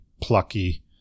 plucky